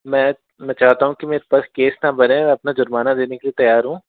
मैं चाहता हूँ की मेरे पास केस न बने मैं अपना जुर्माना देने के लिए तैयार हूँ